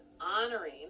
honoring